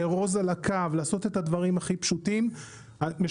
לארוז על הקו ולעשות את התפקידים הכי פשוטים משלמים